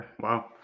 Wow